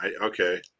Okay